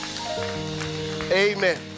Amen